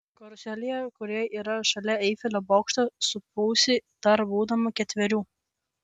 karuselėje kuri yra šalia eifelio bokšto supausi dar būdama ketverių